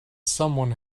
someone